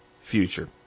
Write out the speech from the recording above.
future